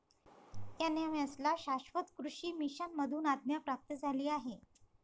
NMSA ला शाश्वत कृषी मिशन मधून आज्ञा प्राप्त झाली आहे